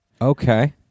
Okay